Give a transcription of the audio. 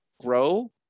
grow